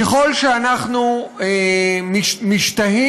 ככל שאנחנו משתהים,